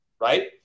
right